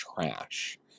trash